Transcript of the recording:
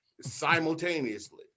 simultaneously